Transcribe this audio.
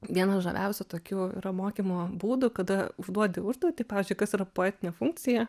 vienas žaviausių tokių yra mokymo būdų kada užduodi užduotį pavyzdžiui kas yra poetinė funkcija